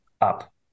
up